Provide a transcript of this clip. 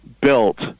built